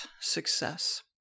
success